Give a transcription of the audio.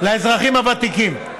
לאזרחים הוותיקים.